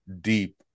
deep